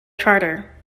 charter